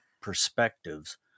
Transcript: perspectives